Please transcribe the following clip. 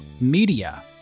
media